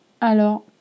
Alors